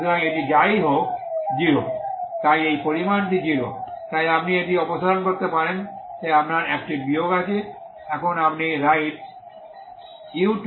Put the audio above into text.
সুতরাং এটি যাইহোক 0 তাই এই পরিমাণটি 0 তাই আপনি এটি অপসারণ করতে পারেন তাই আপনার একটি বিয়োগ আছে এখন আপনি write u200